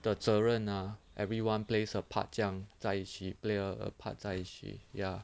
的责任 ah everyone plays a part 这样在一起 play a part 在一起 ya